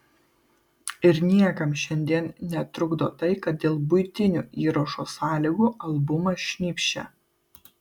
ir niekam šiandien netrukdo tai kad dėl buitinių įrašo sąlygų albumas šnypščia